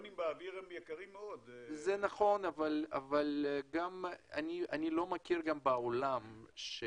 זה נכון, אבל אני לא מכיר את זה בעולם.